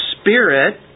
Spirit